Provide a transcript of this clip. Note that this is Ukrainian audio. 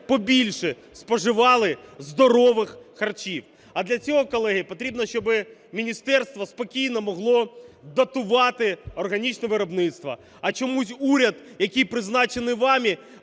побільше споживали здорових харчів, а для цього, колеги, потрібно, щоб міністерство спокійно могло датувати органічне виробництво. А чомусь уряд, який призначений вами,